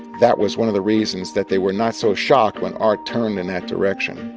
that was one of the reasons that they were not so shocked when art turned in that direction